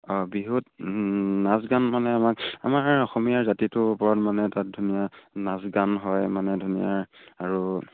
অঁ বিহুত নাচ গান মানে আমাক আমাৰ অসমীয়া জাতিটোৰ ওপৰত মানে তাত ধুনীয়া নাচ গান হয় মানে ধুনীয়া আৰু